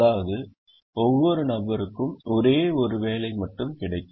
அதாவது ஒவ்வொரு நபருக்கும் ஒரே ஒரு வேலை மட்டுமே கிடைக்கும்